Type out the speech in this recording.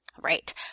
Right